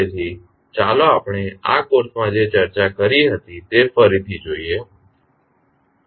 તેથી ચાલો આપણે આ કોર્સમાં જે ચર્ચા કરી હતી તે ફરીથી જોઇએ